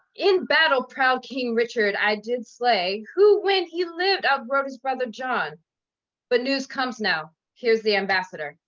in battle proud king richard i did slay who when he lived outrode his brother john but news comes now here's the ambassador.